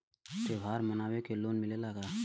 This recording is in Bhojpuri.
त्योहार मनावे के लोन मिलेला का?